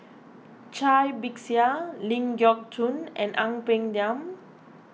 Cai Bixia Ling Geok Choon and Ang Peng Tiam